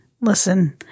Listen